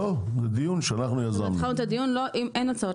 אין הצעות